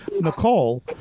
Nicole